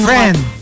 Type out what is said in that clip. Friend